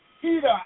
Peter